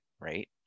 right